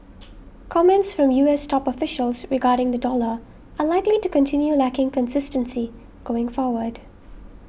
comments from U S top officials regarding the dollar are likely to continue lacking consistency going forward